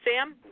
Sam